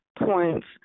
points